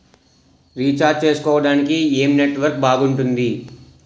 Recharge చేసుకోవటానికి ఏం network బాగుంది?